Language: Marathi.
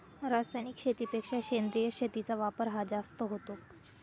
रासायनिक शेतीपेक्षा सेंद्रिय शेतीचा वापर हा जास्त होतो